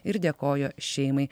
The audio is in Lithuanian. ir dėkojo šeimai